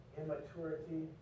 immaturity